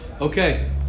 Okay